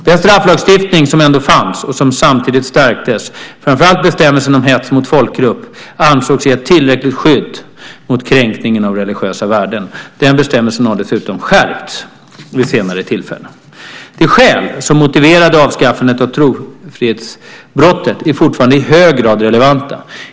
Den strafflagstiftning som ändå fanns och som samtidigt stärktes - framför allt bestämmelsen om hets mot folkgrupp - ansågs ge ett tillräckligt skydd mot kränkningar av religiösa värden. Den bestämmelsen har dessutom skärpts vid senare tillfällen. De skäl som motiverade avskaffandet av trosfridsbrottet är fortfarande i hög grad relevanta.